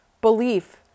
belief